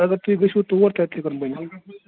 اگر تُہۍ گژھِو تور تَتہِ کن بَنو